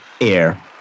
Air